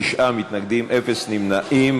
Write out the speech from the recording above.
תשעה מתנגדים, אין נמנעים.